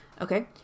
Okay